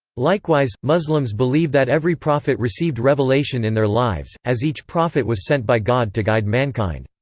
likewise, muslims believe that every prophet received revelation in their lives, as each prophet was sent by god to guide mankind.